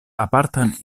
apartan